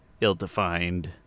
ill-defined